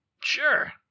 Sure